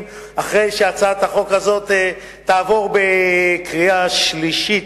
אחרי שהצעת החוק הזאת תעבור בקריאה שלישית,